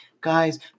Guys